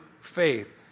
faith